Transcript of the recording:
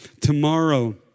Tomorrow